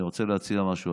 אני רוצה להציע משהו,